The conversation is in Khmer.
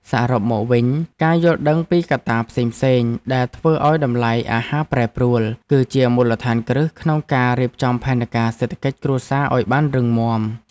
សរុបមកវិញ ការយល់ដឹងពីកត្តាផ្សេងៗដែលធ្វើឱ្យតម្លៃអាហារប្រែប្រួល គឺជាមូលដ្ឋានគ្រឹះក្នុងការរៀបចំផែនការសេដ្ឋកិច្ចគ្រួសារឱ្យបានរឹងមាំ។